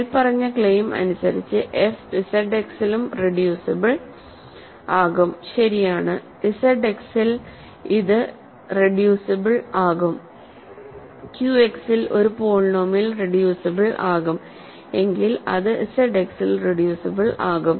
മേൽപ്പറഞ്ഞ ക്ലെയിം അനുസരിച്ച് F Z എക്സിലും റെഡ്യൂസിബിൾ ആകും ശരിയാണ് ഇസഡ് എക്സിൽ ഇത് റെഡ്യൂസിബിൾ ആകും ക്യുഎക്സിൽ ഒരു പോളിനോമിയൽ റെഡ്യൂസിബിൾ ആകും എങ്കിൽ അത് Z X ൽ റെഡ്യൂസിബിൾ ആകും